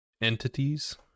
entities